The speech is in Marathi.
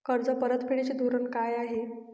कर्ज परतफेडीचे धोरण काय आहे?